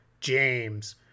james